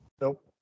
Nope